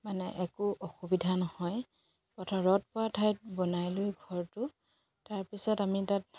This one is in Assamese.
মানে একো অসুবিধা নহয় পথাৰত পোৱা ঠাইত বনাই লৈ ঘৰটো তাৰপিছত আমি তাত